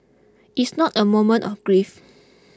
it's not a moment of grief